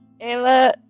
Ayla